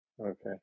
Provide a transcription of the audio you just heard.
Okay